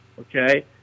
okay